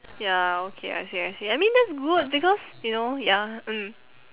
ya okay I see I see I mean that's good because you know ya mm